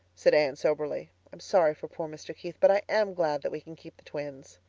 said anne soberly. i'm sorry for poor mr. keith but i am glad that we can keep the twins.